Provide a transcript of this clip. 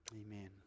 Amen